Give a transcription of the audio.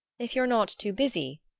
if you're not too busy,